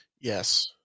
Yes